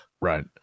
right